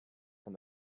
from